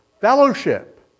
fellowship